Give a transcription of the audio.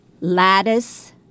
lattice